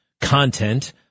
content